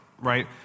right